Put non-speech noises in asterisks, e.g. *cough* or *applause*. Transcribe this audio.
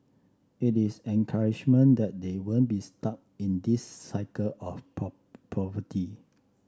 it is encouragement that they won't be stuck in this cycle of *unintelligible* poverty